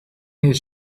his